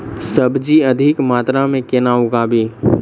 सब्जी अधिक मात्रा मे केना उगाबी?